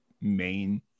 main